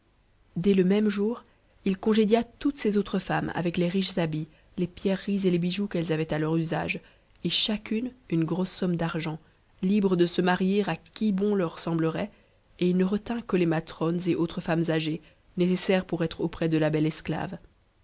dès le même jour il congédia toutes ses nu m'hcs avec les riches habits tes pierreries et les bijoux qu'elles avaient m usage et chacune une grosse somme d'argent libres de se ma jpr qui bon leur semblerait et il ne retint que les matrones et autres joumes âgées nécessaires pour être auprès de la belle esclave